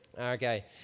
Okay